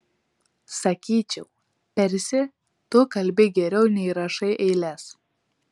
sakyčiau persi tu kalbi geriau nei rašai eiles